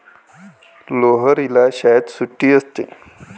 लोहरीला शाळेत सुट्टी असते